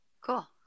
cool